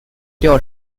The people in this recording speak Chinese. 调查